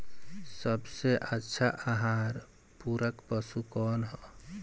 सबसे अच्छा आहार पूरक पशु कौन ह?